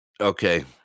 okay